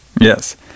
Yes